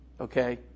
Okay